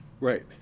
Right